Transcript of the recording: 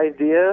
idea